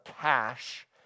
cash